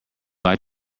like